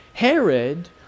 Herod